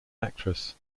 actress